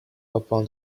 upon